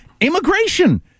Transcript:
immigration